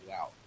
out